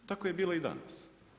Tako je bilo i danas.